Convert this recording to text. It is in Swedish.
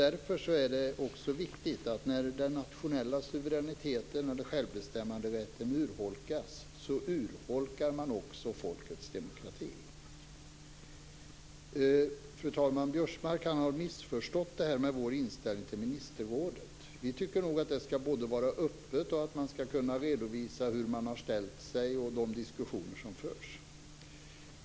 Därför är det också viktigt att notera att när den nationella självbestämmanderätten urholkas, urholkar man också folkets demokrati. Fru talman! Biörsmark har missförstått vår inställning till ministerrådet. Vi tycker nog att det både ska vara öppet och att man ska kunna redovisa hur man har ställt sig och de diskussioner som förs.